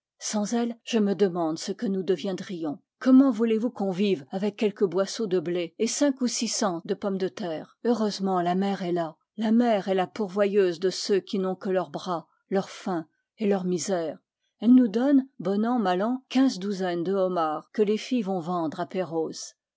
sans elle je me demande ce que nous deviendrions comment voulez-vous qu'on vive avec quelques boisseaux de blé et cinq ou six cents de pommes de terre heureusement la mer est là la mer est la pourvoyeuse de ceux qui n'ont que leurs bras leur faim et leur misère elle nous donne bon an mal an quinze douzaines de homards que les filles vont vendre